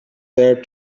their